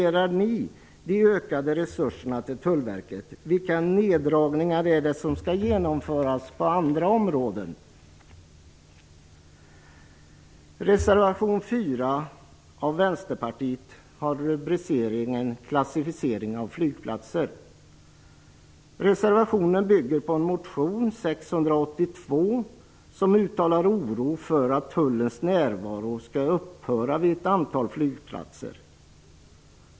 Klassificering av flygplatser. Reservationen bygger på motion Sk682, där man uttalar oro för att tullens närvaro skulle upphöra vid ett antal flygplatser.